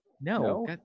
No